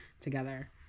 together